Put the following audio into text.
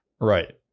Right